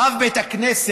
רב בית הכנסת,